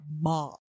mom